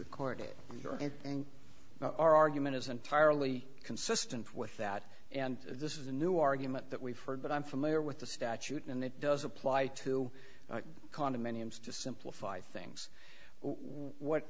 recorded and our argument is entirely consistent with that and this is a new argument that we've heard but i'm familiar with the statute and it does apply to condominiums to simplify things what